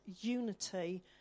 unity